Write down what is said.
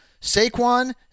Saquon